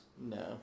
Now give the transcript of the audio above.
No